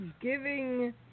giving